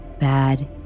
bad